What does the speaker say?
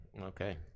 Okay